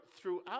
throughout